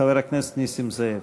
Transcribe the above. חבר הכנסת נסים זאב.